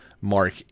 mark